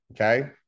Okay